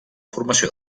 formació